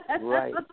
right